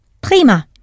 Prima